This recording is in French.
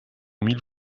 mille